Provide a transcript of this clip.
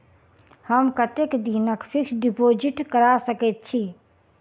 हम कतेक दिनक फिक्स्ड डिपोजिट करा सकैत छी?